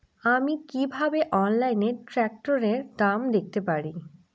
আমি কিভাবে অনলাইনে ট্রাক্টরের দাম দেখতে পারি?